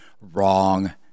Wrong